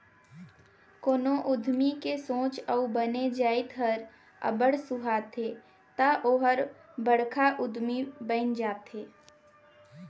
कोनो उद्यमी के सोंच अउ बने जाएत हर अब्बड़ सुहाथे ता ओहर बड़खा उद्यमी बइन जाथे